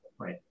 right